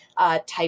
type